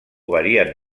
varien